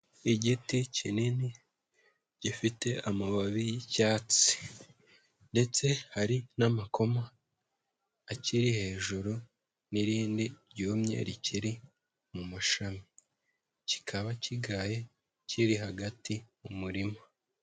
Igiti kinini gifite amababi y'icyatsi ndetse hari n'amakoma akiri hejuru n'irindi ryumye rikiri mu mashami. Kikaba kigaye kiri hagati mu murima.